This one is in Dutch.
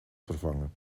vervangen